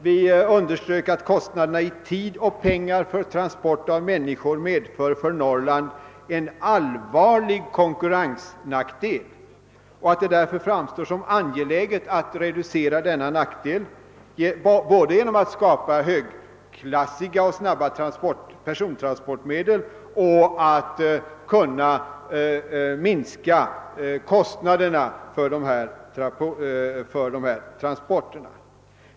Vi underströk att kostnaderna i tid och pengar för transport av människor medför en allvarlig konkurrensnackdel för Norrland och att det därför framstår som angeläget att reducera denna nackdel genom att skapa högklassiga och snabba persontransportmedel och genom att minska kostnaderna för dessa transporter.